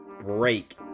break